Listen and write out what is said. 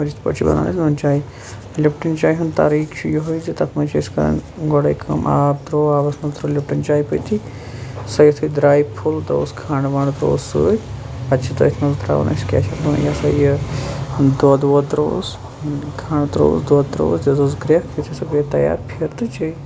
اور یِتھ پٲٹھۍ چھِ بَنان اَسہِ نُن چاے لِپٹَن چاے ہُنٛد طریقہٕ چھُ یُہے زٕ تَتھ مَنٛز چھِ أسۍ کَران گۄڈے کٲم آب تروو آبَس مَنٛز ترٲو لِپٹَن چاے پٔتی سُۄ یُتھے درایہِ فُل ترووُس کھَنٛڈ ونٛڈ ترووُس سۭتۍ پَتہِ چھِ تٔتھۍ مَنٛز تراون أسۍ کیٛاہ چھِ یَتھ وَنان یہِ سا یہِ دۄد وۄد ترووُس کھَنٛڈ ترووُس دۄد ترووُس دٕژٕس گریٚکھ یُتھے سُہ گٔے تَیار پھِر تہٕ چیے